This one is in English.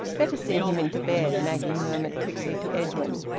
better see him into bed, maggie murmured quickly to edwin,